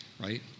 right